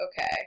Okay